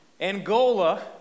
Angola